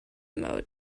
mode